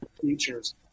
features